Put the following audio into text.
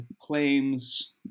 claims